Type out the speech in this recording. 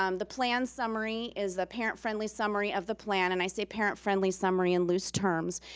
um the plan summary is the parent-friendly summary of the plan. and i say parent-friendly summary in loose terms.